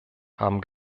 haben